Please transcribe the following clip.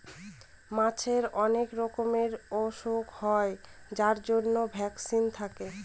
মাছের অনেক রকমের ওসুখ হয় যার জন্য ভ্যাকসিন থাকে